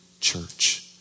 church